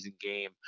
game